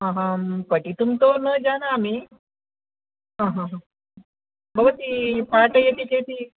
अहं पठितुं तु न जानामि आहा हा भवती पाठयति चेत्